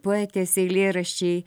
poetės eilėraščiai